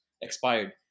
expired